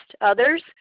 others